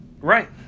right